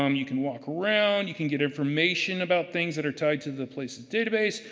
um you can walk around, you can get information about things that are tied to the place of database.